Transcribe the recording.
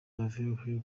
beverly